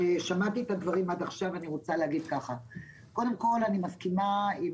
שמעתי את הדברים עד עכשיו ואני רוצה להגיד שקודם כל אני מסכימה עם